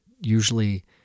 usually